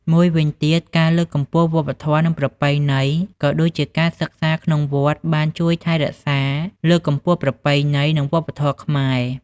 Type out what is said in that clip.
មួយវិញទៀត ការលើកកម្ពស់វប្បធម៌ និងប្រពៃណី ក៏ដូចជាការសិក្សាក្នុងវត្តបានជួយថែរក្សា លើកកម្ពស់ប្រពៃណី និងវប្បធម៌ខ្មែរ។